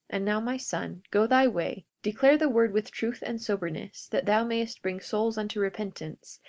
and now, my son, go thy way, declare the word with truth and soberness, that thou mayest bring souls unto repentance,